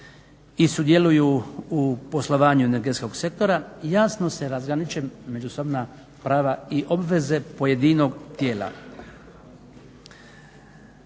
i sudjeluju u poslovanju energetskog sektora jasno se razgraničena međusobna prava i obveze pojedinog tijela.